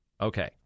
Okay